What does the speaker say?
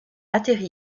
atterri